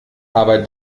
aber